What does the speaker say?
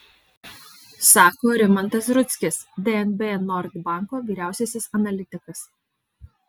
sako rimantas rudzkis dnb nord banko vyriausiasis analitikas